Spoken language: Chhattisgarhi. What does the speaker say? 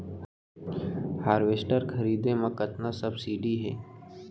हारवेस्टर खरीदे म कतना सब्सिडी हे?